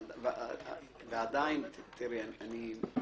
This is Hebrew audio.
אנחנו עוד צריכים לבדוק את זה.